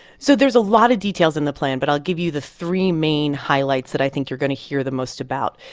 so there's a lot of details in the plan, but i'll give you the three main highlights that i think you're going to hear the most about.